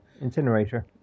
Incinerator